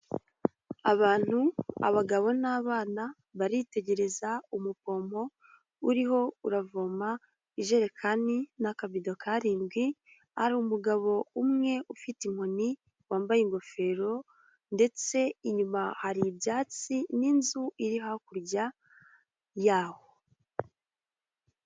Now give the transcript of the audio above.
Abantu, abagabo n'abana baritegereza umuvomo uriho uravoma ijerekani n'akabido k'arindwi, hari umugabo umwe ufite inkoni wambaye ingofero, ndetse inyuma hari ibyatsi n'inzu iri hakurya yaho.